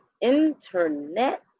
internet